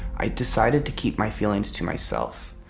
i decided to keep my feelings to myself.